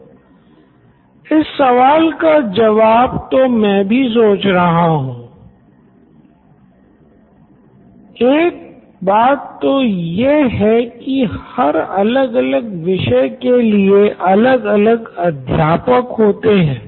Nitin Kurian COO Knoin electronics इस सवाल का जवाब तो मैं भी सोच रहा हूँ Siddharth Maturi CEO Knoin electronics एक बात तो ये है की हर अलग अलग विषय के लिए अलग अलग अध्यापक होते हैं